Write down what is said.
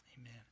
Amen